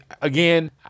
Again